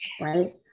right